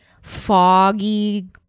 foggy